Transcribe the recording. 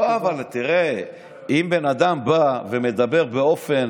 לא, אבל תראה, אם בן אדם בא ומדבר באופן